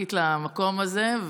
ענקית למקום הזה.